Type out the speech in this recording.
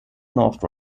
north